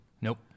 Nope